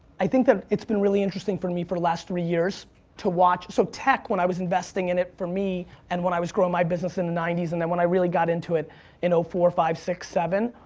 i think it's been really interesting for and me for the last three years to watch. so tech, when i was investing in it for me and when i was growing my business in the ninety s and then when i really got into it in ah four, five, six, seven,